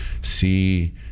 see